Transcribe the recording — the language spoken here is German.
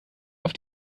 auf